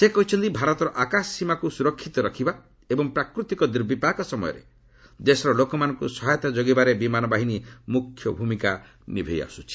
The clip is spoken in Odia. ସେ କହିଛନ୍ତି ଭାରତର ଆକାଶ ସୀମାକୁ ସୁରକ୍ଷିତ ରଖିବା ଏବଂ ପ୍ରାକୃତିକ ଦୂର୍ବିପାକ ସମୟରେ ଦେଶର ଲୋକମାନଙ୍କ ସହାୟତା ଯୋଗାଇବାରେ ବିମାନ ବାହିନୀ ମ୍ରଖ୍ୟ ଭୂମିକା ନିଭାଇ ଆସ୍ତ୍ରିଛି